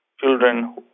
children